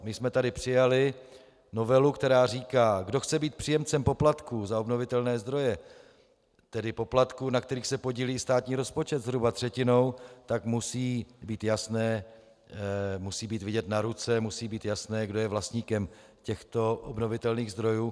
My jsme tady přijali novelu, která říká: Kdo chce být příjemcem poplatků za obnovitelné zdroje, tedy poplatků, na kterých se podílí státní rozpočet zhruba třetinou, musí být jasné, musí být vidět na ruce, musí být jasné, kdo je vlastníkem těchto obnovitelných zdrojů.